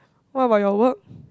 what about your work